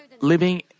living